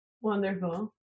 Wonderful